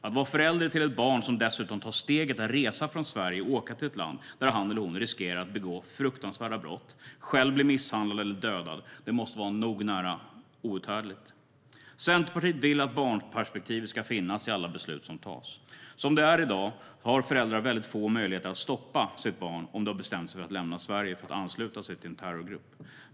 Att vara förälder till ett barn som dessutom tar steget att resa från Sverige och åka till ett land där han eller hon riskerar att begå fruktansvärda brott och själv bli misshandlad eller dödad måste vara nära nog outhärdligt. Centerpartiet vill att barnperspektivet ska finnas i alla beslut som tas. Som det är i dag har föräldrar få möjligheter att stoppa sitt barn om det har bestämt sig för att lämna Sverige för att ansluta sig till en terrorgrupp.